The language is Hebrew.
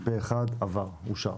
הצבעה אושר.